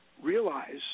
Realize